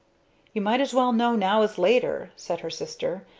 you might as well know now as later, said her sister.